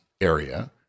area